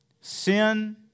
Sin